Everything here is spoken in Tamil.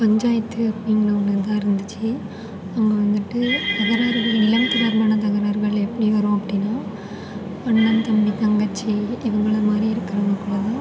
பஞ்சாயத்து அப்படிங்கிற ஒன்னு தான் இருந்துச்சு அங்க வந்துட்டு தகராறுகள் நிலம் தொடர்பான தகராறுகள் எப்படி வரும் அப்படினா அண்ணன் தம்பி தங்கச்சி இவங்கள மாதிரி இருக்கிறவங்ககுள்ள தான்